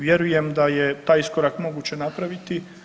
Vjerujem da je taj iskorak moguće napraviti.